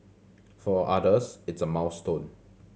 for others it's a milestone